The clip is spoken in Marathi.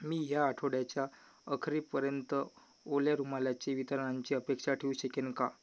मी ह्या आठवड्याच्या अखेरीपर्यंत ओल्या रुमालाची वितरणाची अपेक्षा ठेवू शकेन का